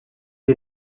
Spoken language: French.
est